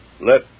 Let